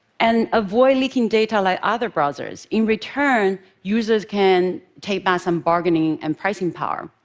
and avoid leaking data like other browsers. in return, users can take back some bargaining and pricing power.